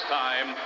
time